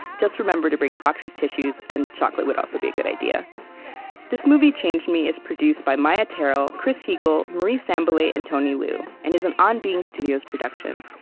just remember to bring a box of tissues. and chocolate would also be a good idea this movie changed me is produced by maia tarrell, chris heagle, marie sambilay, and tony liu, and is an on being studios production.